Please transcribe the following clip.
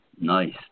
nice